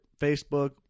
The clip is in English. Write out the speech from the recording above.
Facebook